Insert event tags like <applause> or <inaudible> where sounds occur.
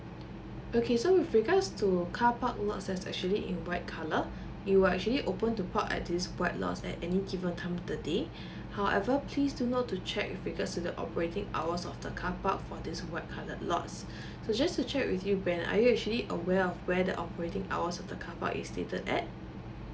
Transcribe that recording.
okay so with regards to car park lot that's actually in white colour you will actually open to park at this white lot at any given time of the day <breath> however please to note to check with regards to the operating hours of the car park for this white colored lots so just to check with you ben are you actually aware of where the operating hours of the car park is stated at